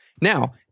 Now